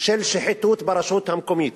של שחיתות ברשות המקומית.